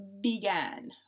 began